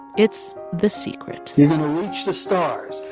it's the secret you're going to reach the stars.